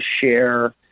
share